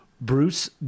Bruce